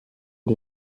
die